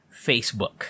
facebook